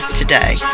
today